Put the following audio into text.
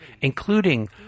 including